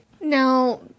Now